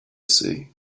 say